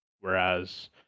whereas